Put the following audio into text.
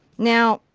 now,